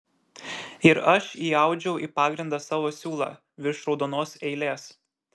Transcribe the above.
ir aš įaudžiau į pagrindą savo siūlą virš raudonos eilės